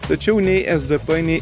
tačiau nei sdp nei